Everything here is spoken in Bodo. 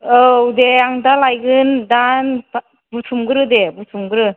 औ दे आं दा लायगोन दा बुथुमग्रो दे बुथुमग्रो